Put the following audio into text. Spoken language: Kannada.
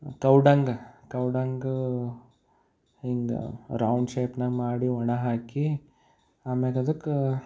ಕೌ ಡಂಗ ಕೌ ಡಂಗ ಹಿಂಗೆ ರೌಂಡ್ ಶೇಪ್ನಾಗ ಮಾಡಿ ಒಣ ಹಾಕಿ ಆಮ್ಯಾಗ ಅದಕ್ಕೆ